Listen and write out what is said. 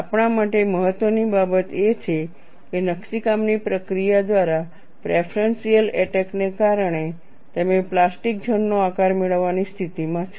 આપણા માટે મહત્ત્વની બાબત એ છે કે નકશીકામની પ્રક્રિયા દ્વારા પ્રેફરેન્શિયલ એટેક ને કારણે તમે પ્લાસ્ટિક ઝોન નો આકાર મેળવવાની સ્થિતિમાં છો